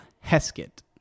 Heskett